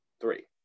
three